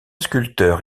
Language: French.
sculpteur